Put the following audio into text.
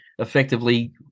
effectively